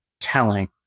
telling